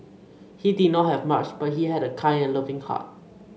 he did not have much but he had a kind and loving heart